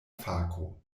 fako